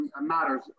matters